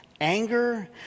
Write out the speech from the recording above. anger